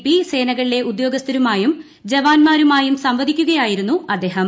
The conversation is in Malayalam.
പി സേനകളിലെ ഉദ്യോഗസ്ഥരുമായും ജവാന്മാരുമായും സംവദിക്കുകയായിരുന്നു അദ്ദേഹം